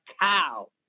cow